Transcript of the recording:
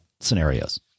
scenarios